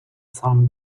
сам